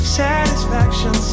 satisfaction